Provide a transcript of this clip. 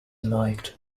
liked